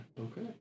Okay